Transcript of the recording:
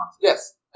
Yes